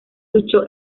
luchó